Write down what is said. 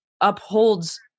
upholds